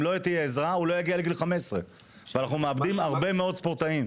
אם לא תהיה עזרה הוא לא יגיע לגיל 15. ואנחנו מאבדים הרבה מאוד ספורטאים.